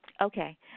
Okay